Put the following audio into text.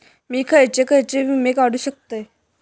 मी खयचे खयचे विमे काढू शकतय?